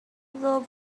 the